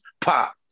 pop